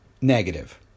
negative